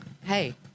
Hey